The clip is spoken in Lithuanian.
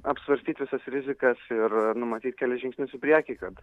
apsvarstyt visas rizikas ir numatyt kelis žingsnius į priekį kad